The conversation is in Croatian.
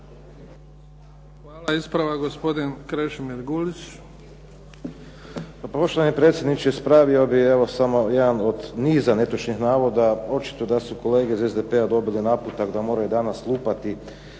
Hvala. Ispravak gospodin Krešimir Gulić.